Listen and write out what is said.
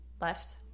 Left